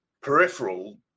peripheral